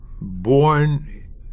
born